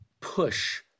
push